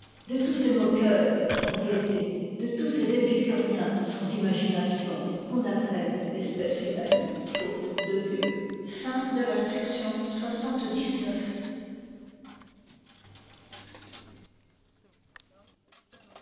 de tous ces moqueurs sans gaieté de tous ces épicuriens sans imagination qu'on appelle l'espèce humaine faute de mieux chapitre